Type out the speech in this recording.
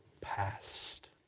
past